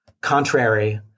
contrary